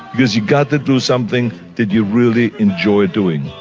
because you've got to do something that you really enjoy doing.